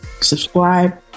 subscribe